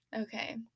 Okay